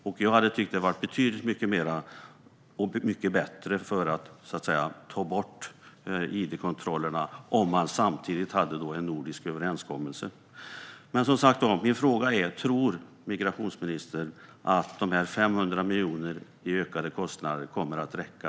Jag skulle ha tyckt att det var betydligt mycket bättre att ta bort id-kontrollerna om man samtidigt hade en nordisk överenskommelse. Tror migrationsministern att de här 500 miljonerna i ökade kostnader kommer att räcka?